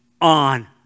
on